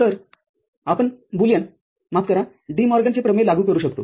तरआपण बुलियन माफ कराडी मॉर्गनचे प्रमेय लागू करू शकतो